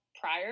prior